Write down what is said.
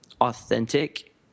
authentic